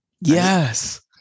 yes